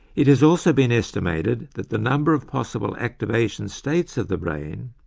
it has also been estimated that the number of possible activation states of the brain,